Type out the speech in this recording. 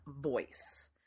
voice